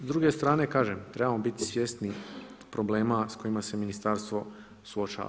S druge strane kažem, trebamo biti svjesni problema s kojima se ministarstvo suočava.